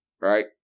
right